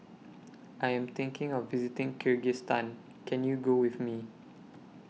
I Am thinking of visiting Kyrgyzstan Can YOU Go with Me